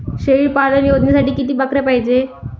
शेळी पालन योजनेसाठी किती बकऱ्या पायजे?